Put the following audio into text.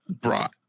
brought